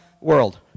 world